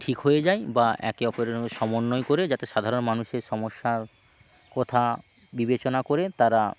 ঠিক হয়ে যায় বা একে অপরের সমন্বয় করে যাতে সাধারণ মানুষের সমস্যার কথা বিবেচনা করে তারা